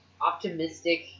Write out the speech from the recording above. optimistic